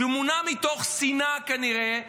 שמונע מתוך שנאה, כנראה,